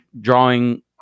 drawing